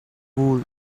wool